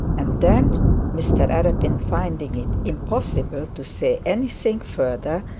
and then mr arabin, finding it impossible to say anything further,